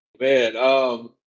Man